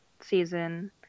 season